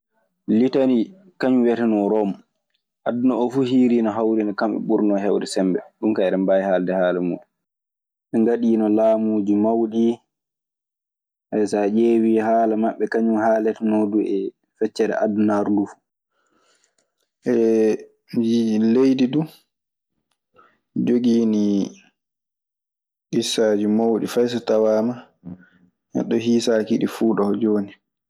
Litani kaŋum wietenon rome ,aduna o fu hiri hawrinon wi kamɓe joginon hewde sembe ɗum ka hendem bawi halɗe hala mun. Ɓe ngaɗiino laamuuji mawɗi. so a ƴeewi haala maɓɓe, kañun haaletenoo du e feccere adunaaru nduu fu. Ndi leydi du jogiindi issaaji mawɗi fay so tawaama neɗɗo hiisaaki ɗi fuu ɗoo jooni.